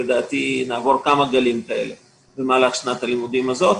לדעתי, נעבור כמה גלים כאלה במהלך שנת הלימוד הזו.